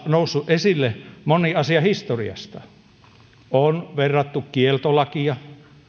noussut esille moni asia historiasta on verrattu kieltolakia